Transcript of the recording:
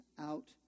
out